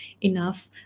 enough